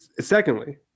Secondly